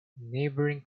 neighbouring